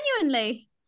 genuinely